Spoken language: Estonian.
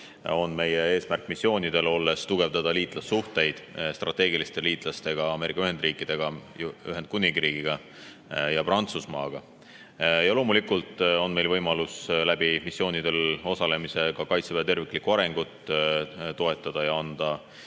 on meie eesmärk missioonidel olles tugevdada liitlassuhteid strateegiliste liitlaste Ameerika Ühendriikidega, Ühendkuningriigiga ja Prantsusmaaga. Ja loomulikult on meil võimalus missioonidel osalemisega Kaitseväe terviklikku arengut toetada ja anda